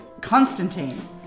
Constantine